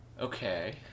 Okay